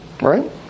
Right